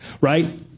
Right